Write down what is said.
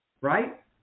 right